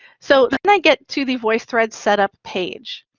so then i get to the voicethread set up page.